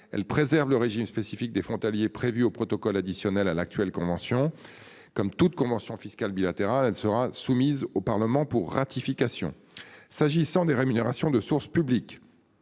Elle préserve le régime spécifique des frontaliers prévu au protocole additionnel à l'actuelle convention. Comme toute conventions fiscales bilatérales. Elle sera soumise au Parlement pour ratification. S'agissant des rémunérations de sources publiques.